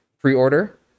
pre-order